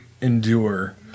endure